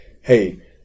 hey